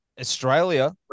Australia